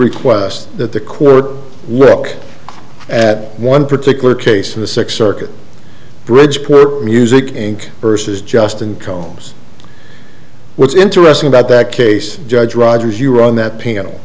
request that the court look at one particular case of the six circuit bridgecorp music and versus just incomes what's interesting about that case judge rogers you were on that panel